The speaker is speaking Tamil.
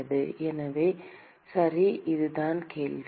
எனவே அதுதான் கேள்வி